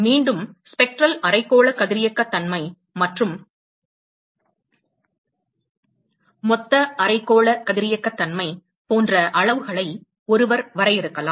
மீண்டும் ஸ்பெக்ட்ரல் அரைக்கோள கதிரியக்கத்தன்மை மற்றும் மொத்த அரைக்கோள கதிரியக்கத்தன்மை போன்ற அளவுகளை ஒருவர் வரையறுக்கலாம்